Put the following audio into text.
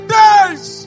days